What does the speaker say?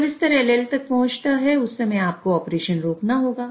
जब स्तर LL तक पहुंच जाता है उस समय आपको ऑपरेशन रोकना होगा